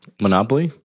Monopoly